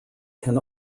can